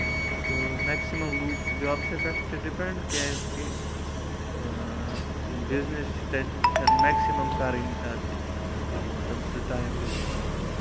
تہٕ میٚکسِمَم لوٗکھ چھِ جابسے پیٚٹھ تہِ ڈِپیٚنڈ کیازکہِ بِزنِس چھُ تَتہِ میٚکسِمَم کَرٲنی تتھ تِم سُہ ٹایپ بِزنِس